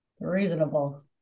Reasonable